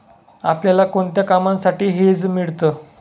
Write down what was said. आपल्याला कोणत्या कामांसाठी हेज मिळतं?